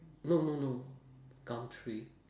no no no gumtree